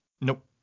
Nope